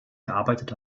gearbeitet